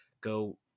go